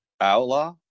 Outlaw